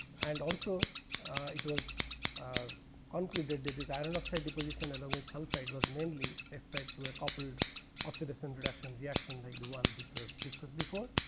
and also ah it was ah concluded that is iron oxide deposition along with sulphide was mainly expect to a coupled oxidation reduction reaction like the one which was discussed before.